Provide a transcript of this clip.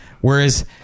Whereas